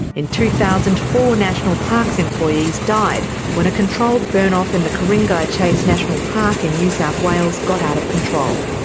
in two thousand, four national parks employees died when a controlled burn off in ku-ring-gai ku-ring-gai chase national park in new south wales got out of control.